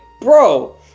bro